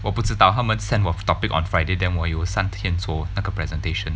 我不知道他们 sent 我 topic on Friday then 我有三天做那个 presentation